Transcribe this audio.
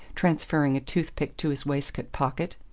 transferring a toothpick to his waistcoat pocket.